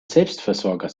selbstversorger